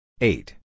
Eight